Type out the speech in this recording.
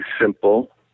simple